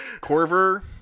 Corver